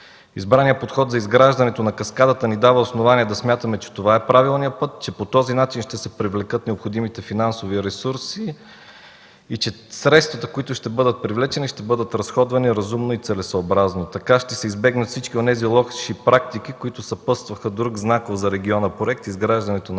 Избраният подход за изграждането на каскадата ни дава основание да смятаме, че това е правилният път, че по този начин ще се привлекат необходимите финансови ресурси и че средствата, които ще бъдат привлечени, ще бъдат разходвани разумно и целесъобразно. Така ще се избегнат всички онези лоши практики, които съпътстваха друг знаков за региона проект – изграждането на „Цанков